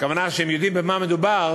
הכוונה שהם יודעים במה מדובר,